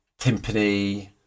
timpani